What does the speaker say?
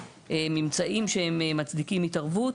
ממצאים שהם מצדיקים התערבות.